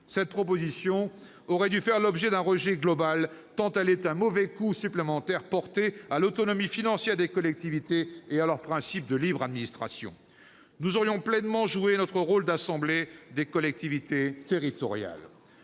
Cette proposition aurait dû faire l'objet d'un rejet global, tant elle est un mauvais coup supplémentaire porté à l'autonomie financière des collectivités et au principe de libre administration ! Nous aurions ainsi pleinement joué notre rôle d'assemblée des collectivités territoriales.